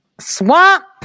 swamp